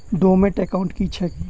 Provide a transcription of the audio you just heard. Dormant account की छैक?